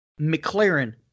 McLaren